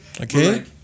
okay